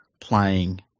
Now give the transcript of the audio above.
playing